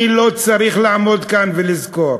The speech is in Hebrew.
אני לא צריך לעמוד כאן ולזכור.